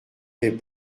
fait